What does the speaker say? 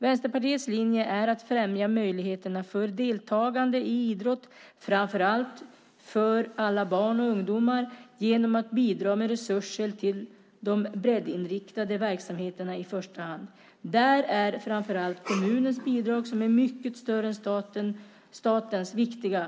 Vänsterpartiets linje är att man ska främja möjligheterna för deltagande i idrott, framför allt för alla barn och ungdomar genom att bidra med resurser till de breddinriktade verksamheterna i första hand. Där är framför allt kommunernas bidrag, som är mycket större än statens, viktiga.